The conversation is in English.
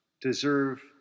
deserve